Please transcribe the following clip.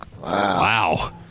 Wow